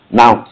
now